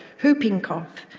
whooping cough,